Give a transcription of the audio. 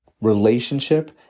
relationship